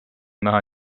naha